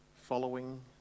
following